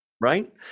right